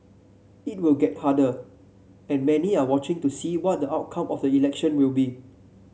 it will get harder and many are watching to see what the outcome of the election will be